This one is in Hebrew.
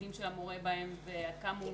התפקידים של המורה בהן זה עד כמה הוא